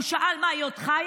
הוא שאל: מה, היא עוד חיה?